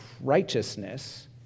righteousness